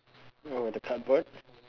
how about the cardboard